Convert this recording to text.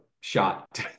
shot